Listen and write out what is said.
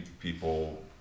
people